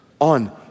on